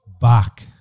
back